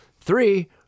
Three